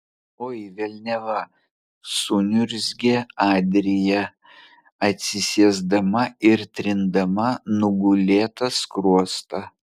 oi velniava suniurzgė adrija atsisėsdama ir trindama nugulėtą skruostą